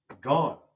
gone